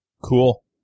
Cool